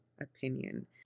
opinion